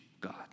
God